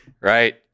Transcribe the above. right